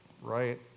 right